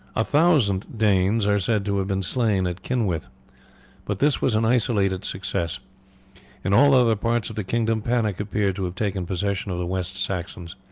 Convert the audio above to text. a thousand danes are said to have been slain at kynwith but this was an isolated success in all other parts of the kingdom panic appeared to have taken possession of the west saxons.